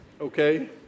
Okay